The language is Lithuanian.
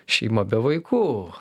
šeima be vaikų